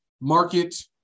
market